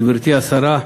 גברתי השרה,